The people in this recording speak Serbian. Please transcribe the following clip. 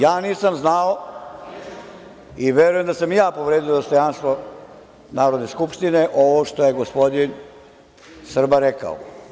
Ja nisam znao, i verujem da sam i ja povredio dostojanstvo Narodne skupštine, ovo što je gospodin Srba rekao.